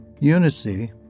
Unice